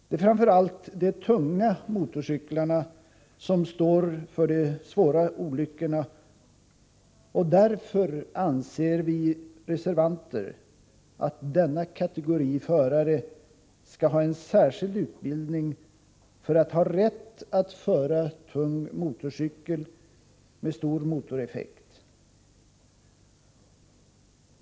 Det är framför allt de tunga motorcyklarna som står för de svåra olyckorna, och därför anser vi reservanter att denna kategori förare skall ha en särskild utbildning för att ha rätt att föra tung motorcykel med stor motoreffekt.